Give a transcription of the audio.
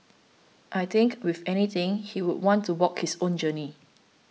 I think if anything he would want to walk his own journey